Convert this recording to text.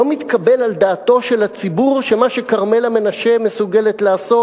לא מתקבל על דעתו של הציבור שמה שכרמלה מנשה מסוגלת לעשות,